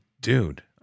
dude